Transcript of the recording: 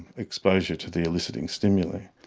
exposure to the eliciting stimuli.